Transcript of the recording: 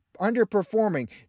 underperforming